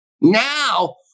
Now